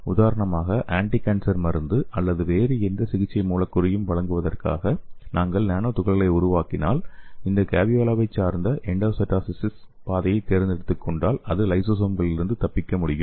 உதாரணமாக ஆன்டிகான்சர் மருந்து அல்லது வேறு எந்த சிகிச்சை மூலக்கூறையும் வழங்குவதற்காக நாங்கள் நானோ துகள்களை உருவாக்குகினால் இந்த கேவியோலாவைச் சார்ந்த எண்டோசைட்டோசோயிஸ் பாதையை எடுத்துக் கொண்டால் அது லைசோசோம்களிலிருந்து தப்பிக்க முடியும்